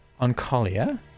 Oncolia